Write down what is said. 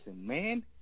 man